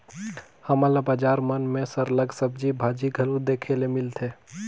हमन ल बजार मन में सरलग सब्जी भाजी घलो देखे ले मिलथे